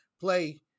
play